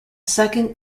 second